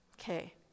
Okay